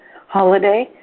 holiday